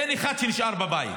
אין אחד שנשאר בבית,